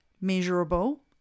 measurable